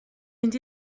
mynd